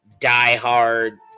diehard